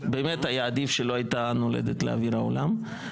באמת היה עדיף שלא הייתה נולדת לאוויר העולם.